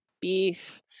beef